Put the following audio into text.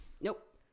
Nope